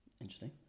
Interesting